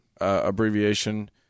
abbreviation